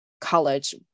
college